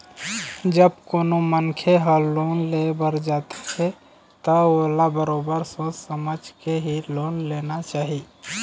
जब कोनो मनखे ह लोन ले बर जाथे त ओला बरोबर सोच समझ के ही लोन लेना चाही